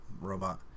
robot